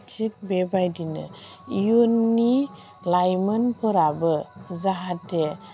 थिग बेबायदिनो इयुननि लाइमोनफोराबो जाहाथे